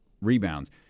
rebounds